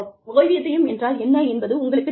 ஓய்வூதியம் என்றால் என்ன என்பது உங்களுக்குத் தெரியும்